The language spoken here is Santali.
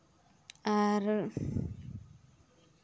ᱟᱨ